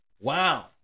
Wow